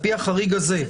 על פי החריג הזה.